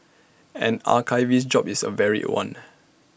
an archivist's job is A varied one